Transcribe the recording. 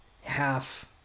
half